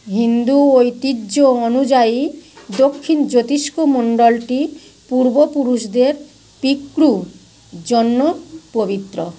হিন্দু ঐতিহ্য অনুযায়ী দক্ষিণ জ্যোতিষ্কমণ্ডলটি পূর্বপুরুষদের পিত্রু জন্য পবিত্র